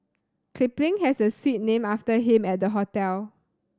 Kipling has a suite named after him at the hotel